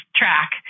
track